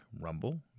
Rumble